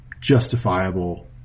justifiable